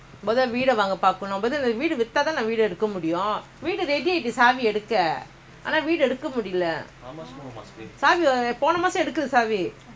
மொதவீடவாங்கபாக்கணும்வீடவித்தாதவீடுவாங்கமுடியும்வீடுரெடியாஇருக்குசாவிஆனாவீடுஎடுக்கமுடிலபோனமாசம்எடுக்கலசாவி:motha veeda vaanka paakanum veeda vithaatha veedu vaanka mudiyum readyah iruku saavi aana veedu edukka mudila pona maasam edukala saavi